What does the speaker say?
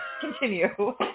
continue